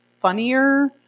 funnier